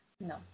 No